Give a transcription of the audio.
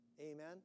Amen